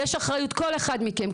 כל אחד מכם,